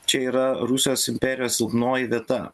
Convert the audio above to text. čia yra rusijos imperijos silpnoji vieta